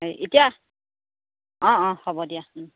এই এতিয়া অঁ অঁ হ'ব দিয়া